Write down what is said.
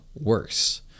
worse